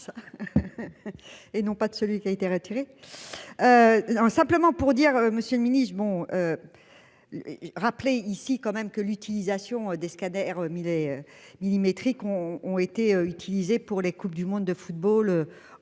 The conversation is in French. Et non pas de celui qui a été retiré. En simplement pour dire, Monsieur le Ministre. Bon. Rappeler ici quand même que l'utilisation des scanners Miley millimétrique ont ont été utilisés pour les Coupes du monde de football en Russie